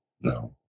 No